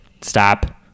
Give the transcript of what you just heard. stop